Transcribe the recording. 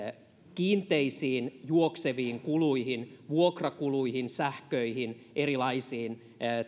kiinteisiin juokseviin kuluihin kuten vuokrakuluihin sähköihin erilaisiin